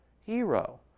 hero